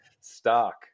stock